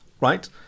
right